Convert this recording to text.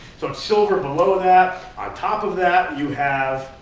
so it's silver below that. on top of that, you have